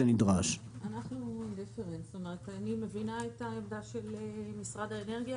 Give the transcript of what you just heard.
אני מבינה את העמדה של משרד האנרגיה,